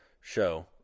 show